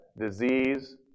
disease